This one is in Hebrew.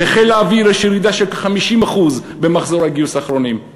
בחיל האוויר יש ירידה של כ-50% במחזורי הגיוס האחרונים,